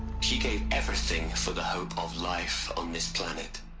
she gave everything for the hope of life on this planet.